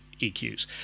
EQs